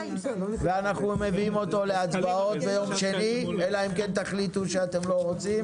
אנחנו מביאים אותו להצבעות ביום שני אלא אם כן תחליטו שאתם לא רוצים.